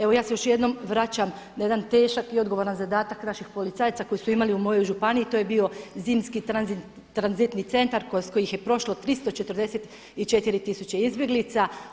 Evo ja se još jednom vraćam na jedan težak i odgovoran zadatak naših policajaca koji su imali u mojoj županiji, to je bio zimski tranzitni centar kroz koji je prošlo 344 izbjeglica.